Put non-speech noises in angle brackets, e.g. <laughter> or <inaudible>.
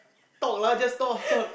talk lah just talk <laughs>